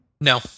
No